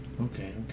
Okay